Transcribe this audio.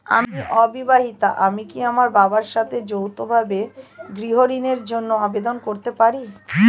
আমি অবিবাহিতা আমি কি আমার বাবার সঙ্গে যৌথভাবে গৃহ ঋণের জন্য আবেদন করতে পারি?